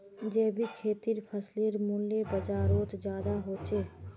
जैविक खेतीर फसलेर मूल्य बजारोत ज्यादा होचे